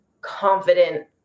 confident